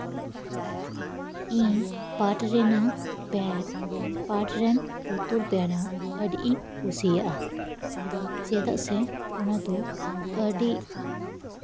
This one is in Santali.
ᱤᱧ ᱯᱟᱴᱷ ᱨᱮᱱᱟᱜ ᱵᱮᱜᱽ ᱯᱟᱴᱷ ᱨᱮᱱ ᱯᱩᱛᱩᱞ ᱵᱮᱱᱟᱣ ᱟᱹᱰᱤᱧ ᱠᱩᱥᱤᱭᱟᱜᱼᱟ ᱪᱮᱫᱟᱜ ᱥᱮ ᱚᱱᱟᱫᱚ ᱟᱹᱰᱤ